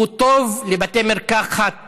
הוא טוב לבתי מרקחת